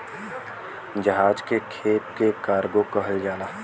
जहाज के खेप के कार्गो कहल जाला